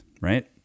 Right